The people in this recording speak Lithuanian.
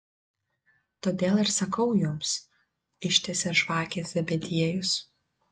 todėl ir sakau jums ištiesė žvakę zebediejus